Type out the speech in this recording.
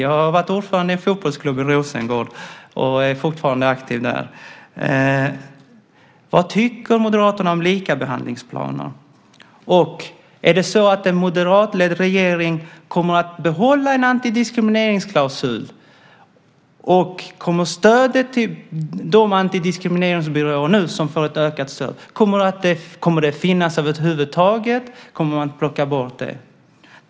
Jag har varit ordförande i en fotbollsklubb i Rosengård och är fortfarande aktiv där. Vad tycker Moderaterna om likabehandlingsplaner? Är det så att en moderatledd regering kommer att behålla en antidiskrimineringsklausul? Kommer stödet till de antidiskrimineringsbyråer som nu får ett ökat stöd att finnas över huvud taget, eller kommer man att plocka bort det?